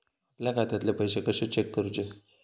आपल्या खात्यातले पैसे कशे चेक करुचे?